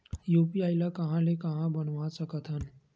UPI ल कहां ले कहां ले बनवा सकत हन?